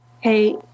hey